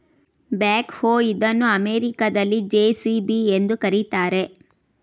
back ಹೋ ಇದನ್ನು ಅಮೆರಿಕದಲ್ಲಿ ಜೆ.ಸಿ.ಬಿ ಎಂದು ಕರಿತಾರೆ